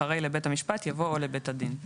אחרי "לבית המשפט" יבוא "או לבית הדין";